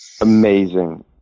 amazing